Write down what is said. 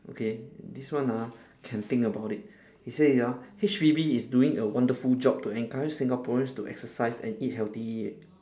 okay this one ah can think about it it say ah H_P_B is doing a wonderful job to encourage singaporeans to exercise and eat healthily